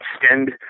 extend